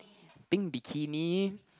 pink bikini